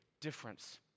difference